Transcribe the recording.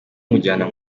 mujyana